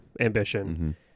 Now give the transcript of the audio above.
ambition